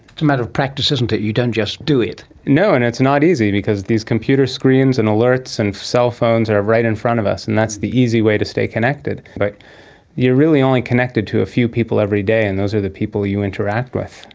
matter of practice isn't it, you don't just do it. no, and it's not easy because these computer screens and alerts and cellphones are right in front of us, and that's the easy way to stay connected. but you are really only connected to a few people every day and those are the people you interact with.